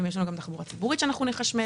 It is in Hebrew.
יש לנו גם תחבורה ציבורית שאנחנו נחשמל.